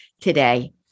today